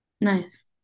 Nice